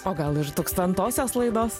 o gal ir tūkstantosios laidos